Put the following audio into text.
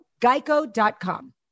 geico.com